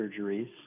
surgeries